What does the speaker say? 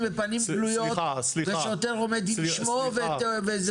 בפנים גלויות ושוטר עומד עם שמו וזהותו.